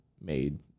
made